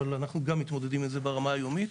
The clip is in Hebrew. אבל אנחנו גם מתמודדים עם זה ברמה היומית.